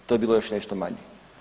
To je bilo još i nešto manje.